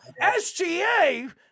SGA